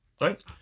right